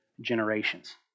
generations